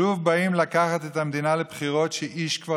שוב באים לקחת את המדינה לבחירות שאיש כבר